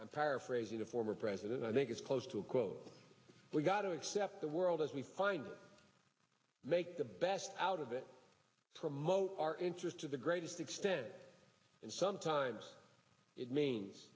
i'm paraphrasing the former president i think is close to a quote we've got to accept the world as we find it make the best out of it promote our interest to the greatest extent and sometimes it means